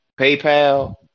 PayPal